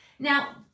Now